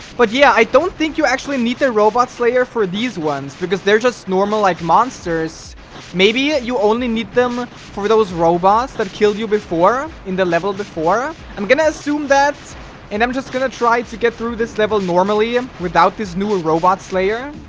but yeah i don't think you actually need the robots layer for these ones because they're just normal like monsters maybe you only need them ah for those robots that kill you before in the level before i'm gonna assume that and i'm just gonna try to get through this level normally and without this new robots layer